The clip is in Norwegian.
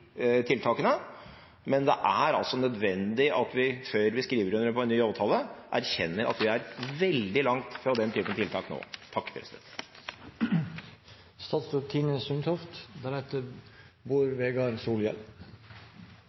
tiltakene, men det er nødvendig at vi, før vi skriver under på en ny avtale, erkjenner at vi er veldig langt fra den typen tiltak nå.